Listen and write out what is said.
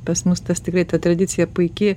pas mus tas tikrai ta tradicija puiki